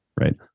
Right